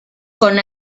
con